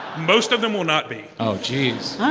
most of them will not be oh, geez